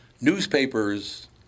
newspapers